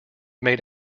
made